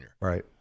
Right